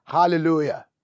Hallelujah